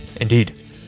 Indeed